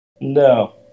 No